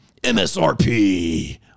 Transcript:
msrp